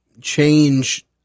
change